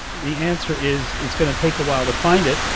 the answer is, it's going to take a while to find it.